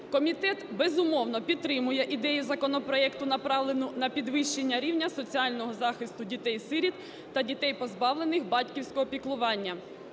Комітет, безумовно, підтримує ідею законопроекту, направлену на підвищення рівня соціального захисту дітей-сиріт та дітей, позбавлених батьківського піклування.